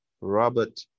Robert